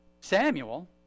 Samuel